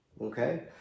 Okay